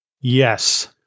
Yes